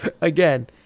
Again